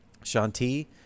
Shanti